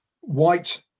white